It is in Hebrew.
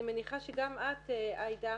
אני מניחה שגם את עאידה,